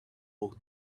ought